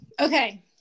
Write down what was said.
Okay